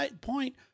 point